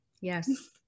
Yes